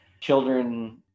children